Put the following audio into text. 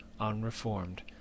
unreformed